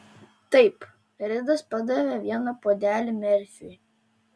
taip ridas padavė vieną puodelį merfiui